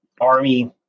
Army